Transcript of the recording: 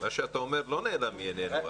מה שאתה אומר לא נעלם מעינינו,